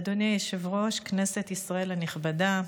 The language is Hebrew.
אדוני היושב-ראש, כנסת ישראל הנכבדה,